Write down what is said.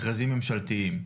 למכרזים ממשלתיים.